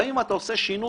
גם אם אתה עושה שינוי,